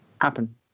happen